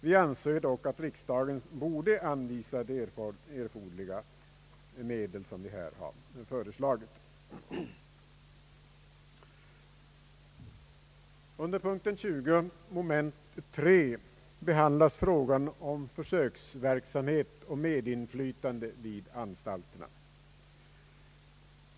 Vi anser dock att riksdagen borde anvisa de erforderliga medel som vi här har föreslagit. Under punkten 20, moment 3, behandlas frågan om försöksverksamhet och medinflytande vid anstalterna.